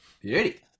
beauty